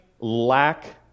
lack